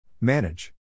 Manage